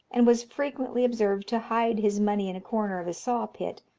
and was frequently observed to hide his money in a corner of a saw-pit,